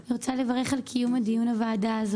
אני רוצה לברך על קיום הדיון הזה.